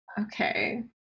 Okay